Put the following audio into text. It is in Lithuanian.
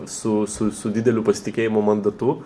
su su su dideliu pasitikėjimo mandatu